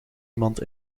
iemand